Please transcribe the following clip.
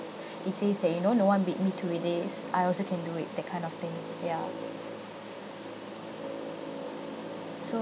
it says that you know no one beat me to it I also can do it is that kind of thing ya so